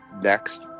next